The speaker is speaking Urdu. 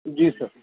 جی سر